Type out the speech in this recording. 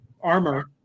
armor